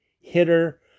hitter